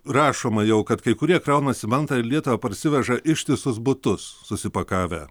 rašoma jau kad kai kurie kraunasi mantą ir į lietuvą parsiveža ištisus butus susipakavę